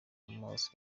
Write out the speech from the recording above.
amaso